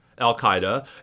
al-Qaeda